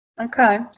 Okay